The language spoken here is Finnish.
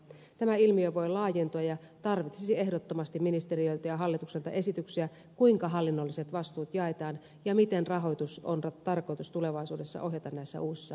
tämä ilmiö voi laajentua ja tarvitsisi ehdottomasti ministeriöiltä ja hallitukselta esityksiä kuinka hallinnolliset vastuut jaetaan ja miten rahoitus on tarkoitus tulevaisuudessa ohjata näissä uusissa malleissa